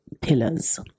pillars